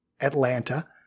Atlanta